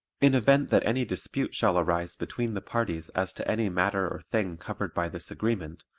in event that any dispute shall arise between the parties as to any matter or thing covered by this agreement,